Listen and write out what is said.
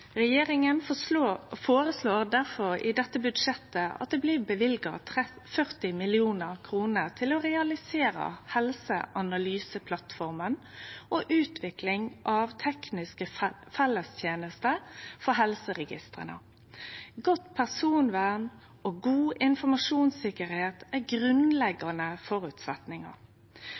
Regjeringa føreslår derfor i dette budsjettet at det blir løyva 40 mill. kr til å realisere helseanalyseplattforma og utvikling av tekniske fellestenester for helseregistra. Godt personvern og god informasjonssikkerheit er